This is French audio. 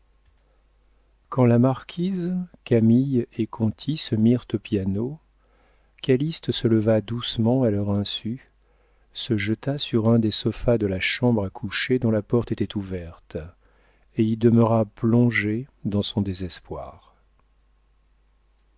quand la marquise camille et conti se mirent au piano calyste se leva doucement à leur insu se jeta sur un des sofas de la chambre à coucher dont la porte était ouverte et y demeura plongé dans son désespoir